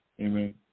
Amen